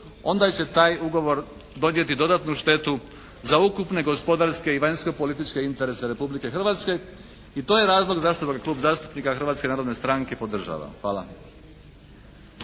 onda će taj ugovor donijeti dodatnu štetu za ukupne gospodarske i vanjsko-političke interese Republike Hrvatske i to je razlog zašto ga Klub zastupnika Hrvatske narodne stranke podržava. Hvala.